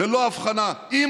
ללא הבחנה, עם